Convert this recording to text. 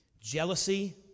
Jealousy